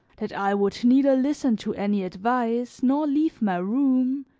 that i would neither listen to any advice nor leave my room,